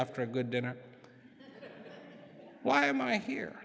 after a good dinner why am i here